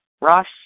Ross